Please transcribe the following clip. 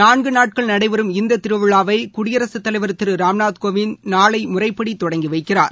நான்குநாட்கள் நடைபெறும் இந்ததிருவிழாவைகுடியரசுத் தலைவர் திருராம்நாத் கோவிந்த் நாளைமுறைப்படிதொடங்கிவைக்கிறார்